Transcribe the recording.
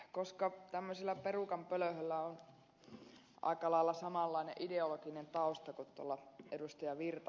koska tämmöisellä perukan pölöhöllä on aikalailla samanlainen ideologinen tausta kuin tuolla ed